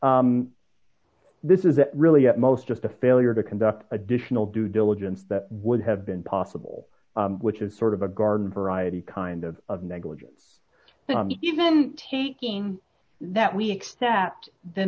this is really at most just a failure to conduct additional due diligence that would have been possible which is sort of a garden variety kind of of negligence even taking that we accept the